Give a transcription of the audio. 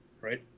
right